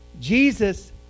Jesus